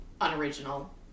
unoriginal